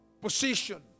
Position